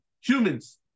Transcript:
Humans